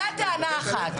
זו טענה אחת.